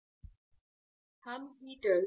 हम हीटर क्यों बनाना चाहते हैं